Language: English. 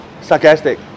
sarcastic